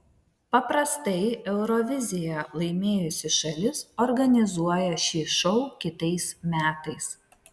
paprastai euroviziją laimėjusi šalis organizuoja šį šou kitais metais